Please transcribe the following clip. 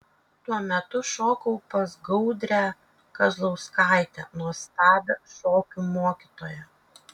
tuo metu šokau pas gaudrę kazlauskaitę nuostabią šokių mokytoją